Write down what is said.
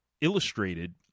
Illustrated